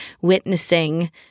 witnessing